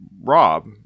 Rob